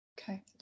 Okay